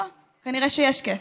הו, כנראה שיש כסף.